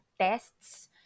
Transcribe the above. tests